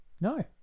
No